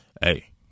hey